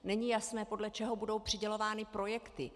Není jasné, podle čeho budou přidělovány projekty.